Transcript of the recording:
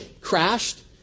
crashed